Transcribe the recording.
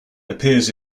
appears